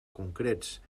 concrets